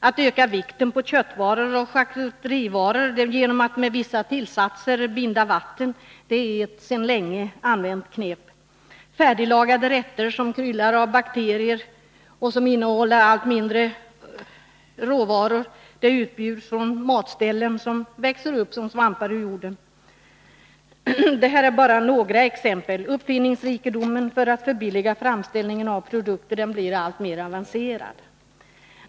Att öka vikten på köttvaror och charkuterivaror genom att med vissa tillsatser binda vatten är ett sedan länge använt knep. Färdiglagade rätter som kryllar av bakterier och som innehåller allt mindre av riktiga råvaror utbjuds från matställen som växer upp som svampar ur jorden. Detta är bara några exempel. Uppfinningsrikedomen när det gäller att förbilliga framställningen av produkter blir alltmer avancerad.